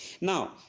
Now